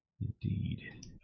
Indeed